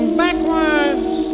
backwards